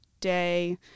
day